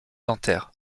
dentaire